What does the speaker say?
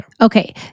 Okay